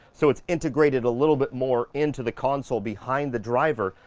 so it's integrated a little bit more into the console behind the driver,